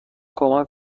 کمک